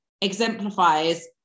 exemplifies